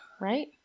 right